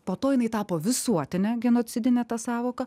po to jinai tapo visuotine genocidine ta sąvoka